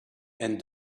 and